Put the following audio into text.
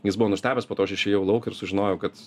jis buvo nustebęs po to aš išėjau lauk ir sužinojau kad